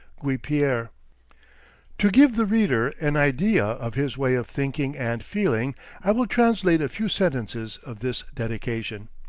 guipiere. to give the reader an idea of his way of thinking and feeling i will translate a few sentences of this dedication